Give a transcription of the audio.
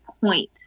point